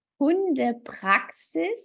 hundepraxis